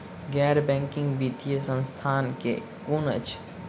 गैर बैंकिंग वित्तीय संस्था केँ कुन अछि?